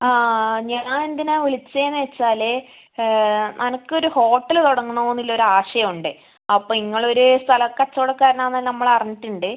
ആ ഞാൻ എന്തിനാണ് വിളിച്ചതെന്ന് വച്ചാൽ എനിക്ക് ഒരു ഹോട്ടൽ തുടങ്ങണമെന്ന് ഉള്ള ഒരു ആശ ഉണ്ട് അപ്പോൾ നിങ്ങൾ ഒരു സ്ഥല കച്ചവടക്കാരനാണ് നമ്മൾ അറിഞ്ഞിട്ടുണ്ട്